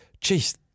Jeez